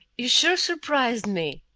you sure surprised me,